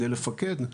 כדי לפקד,